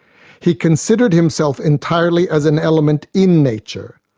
he considered himself entirely as an element in nature.